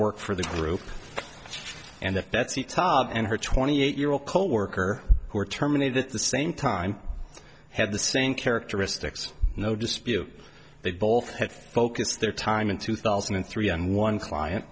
work for this group and if that's the tub and her twenty eight year old coworker who are terminated at the same time had the same characteristics no dispute they both have focused their time in two thousand and three and one client